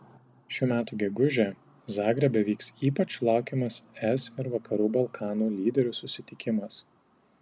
šių metų gegužę zagrebe vyks ypač laukiamas es ir vakarų balkanų lyderių susitikimas